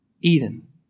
Eden